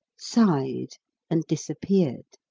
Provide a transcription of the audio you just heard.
sighed and disappeared.